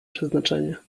przeznaczenie